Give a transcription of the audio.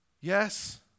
Yes